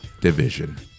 division